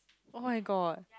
[oh]-my-god